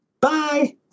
bye